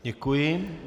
Děkuji.